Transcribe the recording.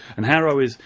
and haro is,